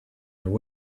their